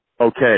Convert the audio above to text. okay